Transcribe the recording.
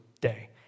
day